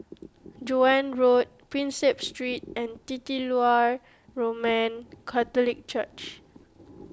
Joan Road Prinsep Street and Titular Roman Catholic Church